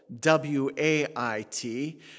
W-A-I-T